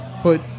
put